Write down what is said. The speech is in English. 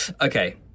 Okay